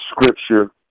Scripture